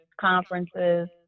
conferences